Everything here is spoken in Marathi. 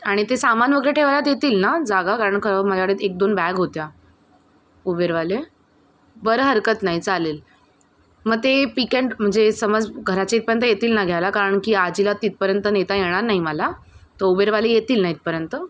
आणि ते सामान वगैरे ठेवायला देतील ना जागा कारण खरं माज्याकडे एक दोन बॅग होत्या उबेरवाले बरं हरकत नाही चालेल म ते पिकेंट म्हणजे समज घराच्या इथपर्यंत येतील ना घ्यायला कारण की आजीला तिथपर्यंत नेता येणार नाही मला त उबेरवाले येतील ना इथपर्यंत